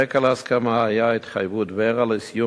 הרקע להסכמה היה התחייבות ור"ה לסיום